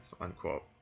unquote